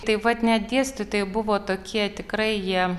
tai vat net dėstytojai buvo tokie tikrai jie